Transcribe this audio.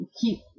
keep